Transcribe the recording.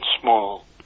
small